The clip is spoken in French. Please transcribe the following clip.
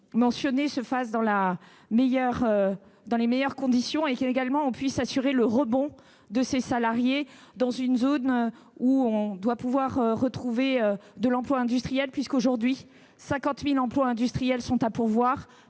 mentionnez se fasse dans les meilleures conditions et que l'on assure le rebond de ces salariés dans une zone où l'on doit pouvoir retrouver de l'emploi industriel. Aujourd'hui, en effet, 50 000 emplois industriels sont à pourvoir.